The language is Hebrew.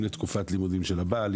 אם לתקופת לימודים של הבעל,